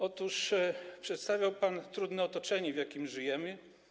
Otóż przedstawiał pan trudne otoczenie, w jakim żyjemy.